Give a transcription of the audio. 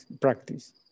practice